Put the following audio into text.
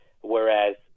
Whereas